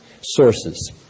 sources